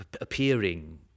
appearing